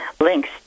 links